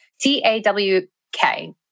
T-A-W-K